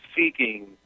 seeking